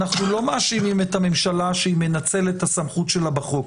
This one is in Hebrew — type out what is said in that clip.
אנחנו לא מאשימים את הממשלה שהיא מנצלת את הסמכות שלה בחוק.